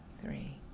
three